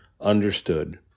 understood